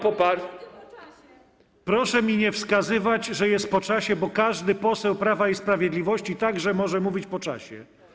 Proszę mi nie wskazywać, że jest po czasie, bo każdy poseł Prawa i Sprawiedliwości także może mówić po czasie.